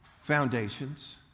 foundations